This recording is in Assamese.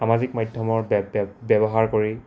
সামাজিক মাধ্যমৰ ব্যৱহাৰ কৰি